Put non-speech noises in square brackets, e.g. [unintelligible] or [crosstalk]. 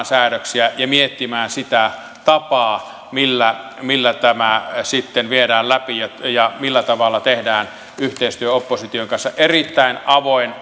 [unintelligible] säädöksiä ja miettimään sitä tapaa millä millä tämä sitten viedään läpi ja millä tavalla tehdään yhteistyötä opposition kanssa erittäin avoin [unintelligible]